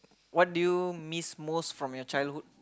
what do you miss most from your childhood